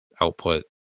output